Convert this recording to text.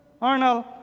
Arnold